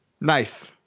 Nice